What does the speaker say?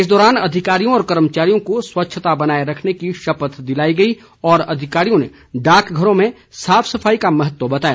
इस दौरान अधिकारियों व कर्मचारियों को स्वच्छता बनाए रखने की शपथ दिलाई गई और अधिकारियों ने डाकघरों में साफ सफाई का महत्व बताया